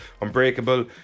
Unbreakable